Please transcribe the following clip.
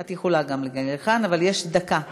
את יכולה גם מכאן, אבל יש דקה לברכה.